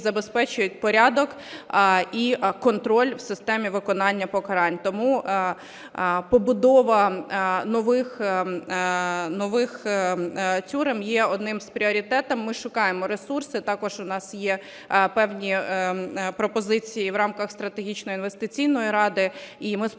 забезпечують порядок і контроль в системі виконання покарань. Тому побудова нових тюрем є одним з пріоритетів. Ми шукаємо ресурси, також у нас є певні пропозиції в рамках Стратегічної інвестиційної ради, і ми сподіваємося,